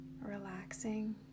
relaxing